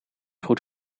goed